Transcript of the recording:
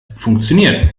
funktioniert